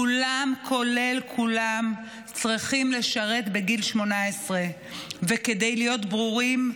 כולם כולל כולם צריכים לשרת בגיל 18. וכדי להיות ברורים,